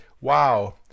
Wow